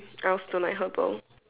I also don't like herbal